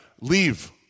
Leave